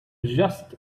just